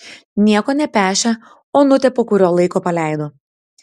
nieko nepešę onutę po kurio laiko paleido